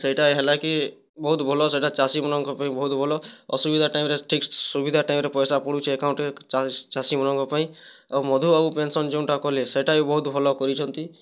ସେଇଟା ହେଲା କି ବହୁତ୍ ଭଲ ସେଟା ଚାଷୀମାନଙ୍କ ପାଇଁ ବହୁତ୍ ଭଲ୍ ଅସୁବିଧା ଟାଇମ୍ରେ ଠିକ୍ ସୁବିଧା ଟାଇମ୍ରେ ପଇସା ପଡୁଛେ ଏକାଉଣ୍ଟ୍ରେ ଚାଷୀମାନଙ୍କ ପାଇଁ ଆଉ ମଧୁବାବୁ ପେନ୍ସନ୍ ଯୋଉଟା କଲେ ସେଇଟା ବି ବହୁତ୍ ଭଲ୍ କରିଛନ୍ତି